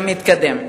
גם יתקדם.